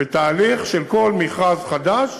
בתהליך של כל מכרז חדש